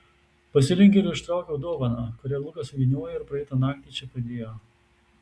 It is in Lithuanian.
pasilenkiau ir ištraukiau dovaną kurią lukas suvyniojo ir praeitą naktį čia padėjo